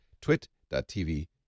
Twit.tv